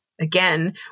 again